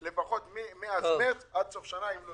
או יורידו עוד את המחזור כדי לקבל.